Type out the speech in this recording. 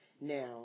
Now